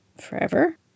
Forever